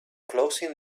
closing